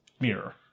mirror